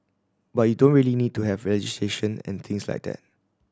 but you don't really need to have legislation and things like that